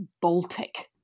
Baltic